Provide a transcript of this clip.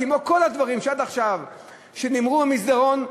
כמו כל הדברים שעד עכשיו נאמרו במסדרון,